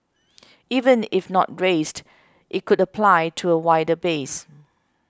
even if not raised it could apply to a wider base